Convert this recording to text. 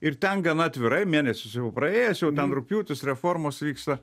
ir ten gana atvirai mėnesis jau praėjęs jau ten rugpjūtis reformos vyksta